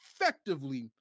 effectively